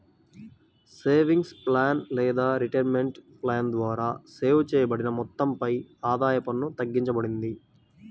savings plan లేదా retirement plan ద్వారా save చేయబడిన మొత్తంపై ఆదాయ పన్ను తగ్గింపబడుతుంది